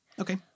Okay